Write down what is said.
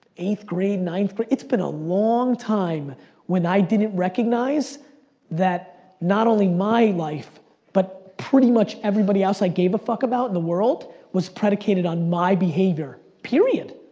eighth grade, ninth grade, it's been a long time when i didn't recognize that not only my life but pretty much everybody else i gave a fuck about in the world, was predicated on my behavior, period.